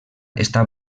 està